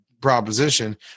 proposition